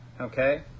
okay